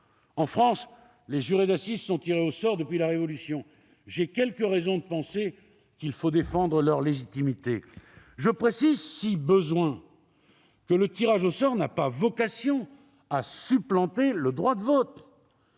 En France, les jurés d'assises sont tirés au sort depuis la Révolution ! J'ai quelques raisons de penser qu'il faut défendre leur légitimité. Je précise, si besoin est, que le tirage au sort n'a pas vocation à supplanter le droit de vote.